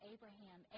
Abraham